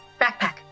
Backpack